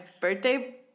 birthday